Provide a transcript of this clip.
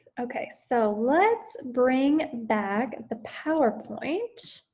okay, so let's bring back the powerpoint.